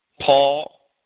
Paul